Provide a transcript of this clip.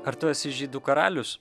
ar tu esi žydų karalius